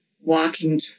walking